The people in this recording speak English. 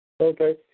Okay